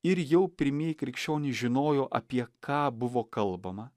ir jau pirmieji krikščionys žinojo apie ką buvo kalbama